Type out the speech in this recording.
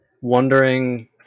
wondering